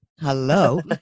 Hello